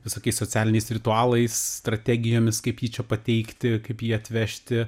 visokiais socialiniais ritualais strategijomis kaip jį čia pateikti kaip jį atvežti